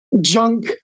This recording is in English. junk